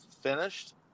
finished